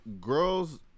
girls